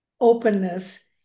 openness